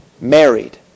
married